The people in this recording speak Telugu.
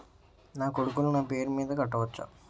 నా కొడుకులు నా పేరి మీద కట్ట వచ్చా?